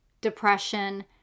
depression